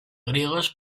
griegos